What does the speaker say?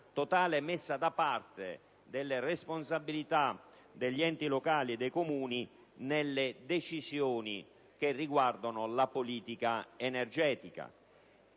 totale messa da parte delle responsabilità degli enti locali e dei Comuni nelle decisioni che riguardano la politica energetica.